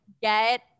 get